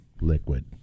liquid